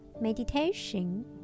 meditation